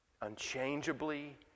unchangeably